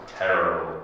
terrible